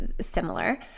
similar